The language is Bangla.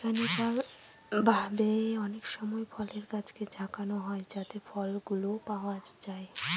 মেকানিক্যাল ভাবে অনেকসময় ফলের গাছকে ঝাঁকানো হয় যাতে ফলগুলো পাওয়া যায়